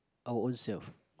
our ownself